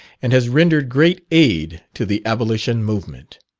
and has rendered great aid to the abolition movement.